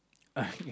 okay